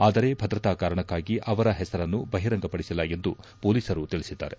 ಆದರೆ ಭದ್ರತಾ ಕಾರಣಕ್ಕಾಗಿ ಅವರ ಹೆಸರನ್ನು ಬಹಿರಂಗಪಡಿಸಿಲ್ಲ ಎಂದು ಮೊಲೀಸರು ತಿಳಿಸಿದ್ದಾರೆ